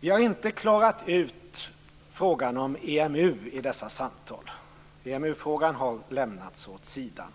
Vi har inte i dessa samtal klarat ut frågan om EMU, utan den har lagts åt sidan.